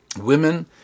women